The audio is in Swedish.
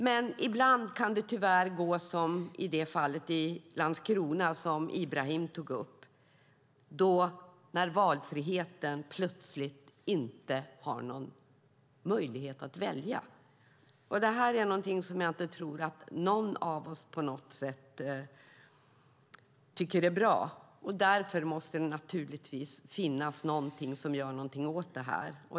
Men ibland kan det tyvärr gå som i det fall i Landskrona som Ibrahim Baylan tog upp, då valfriheten plötsligt innebär att man inte har någon möjlighet att välja. Detta är någonting som jag inte tror att någon av oss tycker är bra. Därför måste det naturligtvis göras någonting åt det.